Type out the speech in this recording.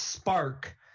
spark